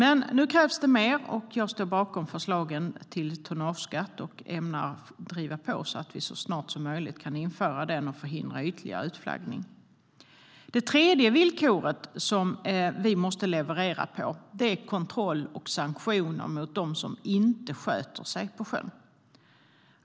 Nu krävs det dock mer. Jag står bakom förslagen om tonnageskatt och ämnar driva på så att vi så snart som möjligt kan införa den och förhindra ytterligare utflaggning. Den tredje punkten vi måste leverera på gäller kontroll av och sanktioner mot dem som inte sköter sig på sjön.